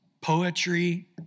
poetry